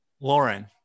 lauren